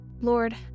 Lord